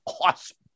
awesome